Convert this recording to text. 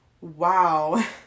wow